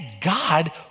God